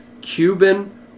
Cuban